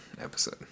episode